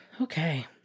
Okay